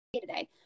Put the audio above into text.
Today